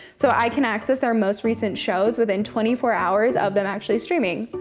so i can access their most recent shows within twenty four hours of them actually streaming,